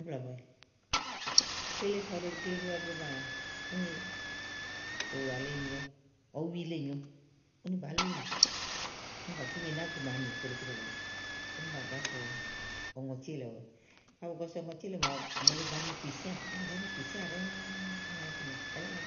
kele kayi ù ɖe gegle nyowɛ go maa úni ùwà le nyòo ɔwi le nyòo úni bàá lulù, úni bàtú nyo inágu màa nè keɖe keɖe lèe, úni bà gáso ɔŋɔtí èleɔwɛ. màabu gaso ɔŋɔtíèle màawu mòole ba ni kpìsíà, bù nà zá ni kpìsíà ɖɛ́ŋúú ù nàá gbìnì ɛnɛ́lɔ.